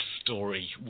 story